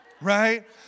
Right